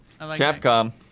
Capcom